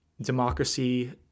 democracy